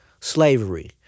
slavery